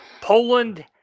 Poland